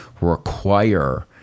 require